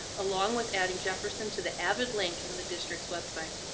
along with adding jefferson to the avid link in the district's website.